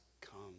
come